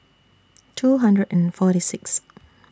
two hundred and forty Sixth